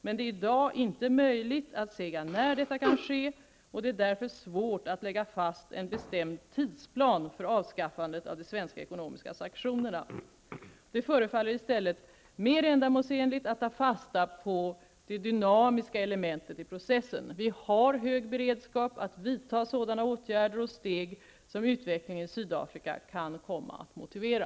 Men det är i dag inte möjligt att säga när detta kan ske, och det är därför svårt att lägga fast en bestämd tidsplan för avskaffandet av de svenska ekonomiska sanktionerna. Det förefaller i stället mer ändamålsenligt att ta fasta på det dynamiska elementet i processen. Vi har hög beredskap att vidta sådana åtgärder och steg som utvecklingen i Sydafrika kan komma att motivera.